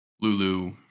Lulu